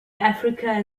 africa